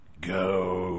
go